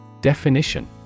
Definition